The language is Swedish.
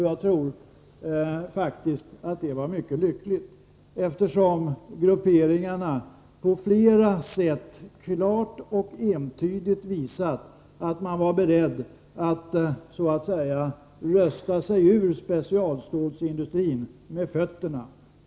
Jag tror faktiskt att det var mycket lyckligt, eftersom grupperingarna på flera sätt klart och entydigt visat att man var beredd att rösta sig ur specialstålsindustrin så att säga med fötterna.